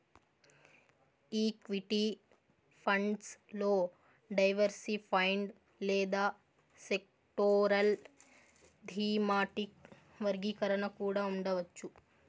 equity funds లో diversified లేదా sectoral, thematic వర్గీకరణ కూడా ఉండవచ్చు